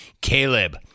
Caleb